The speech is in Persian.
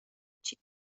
چیز